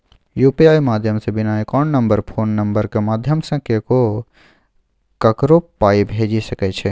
UPI माध्यमे बिना account number phone नंबरक माध्यमसँ केओ ककरो पाइ भेजि सकै छै